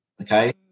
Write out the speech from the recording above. okay